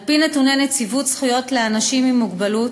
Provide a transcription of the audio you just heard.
על-פי נתוני נציבות שוויון זכויות לאנשים עם מוגבלות,